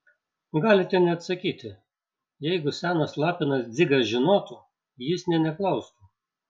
galite neatsakyti jeigu senas lapinas dzigas žinotų jis nė neklaustų